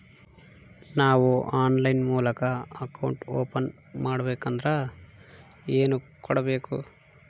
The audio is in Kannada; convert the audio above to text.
ನಾವು ಆನ್ಲೈನ್ ಮೂಲಕ ಅಕೌಂಟ್ ಓಪನ್ ಮಾಡಬೇಂಕದ್ರ ಏನು ಕೊಡಬೇಕು?